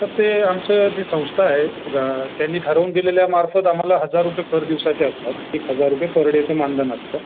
sir ते आमचं जे संस्था आहे त्यांनी ठरवून दिलेल्या मार्फत आम्हाला हजार रुपये पर दिवसाचे असतात एक हजार रुपये पर डेचं मानधन असतं